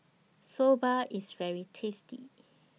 Soba IS very tasty